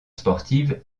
sportive